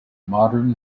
modern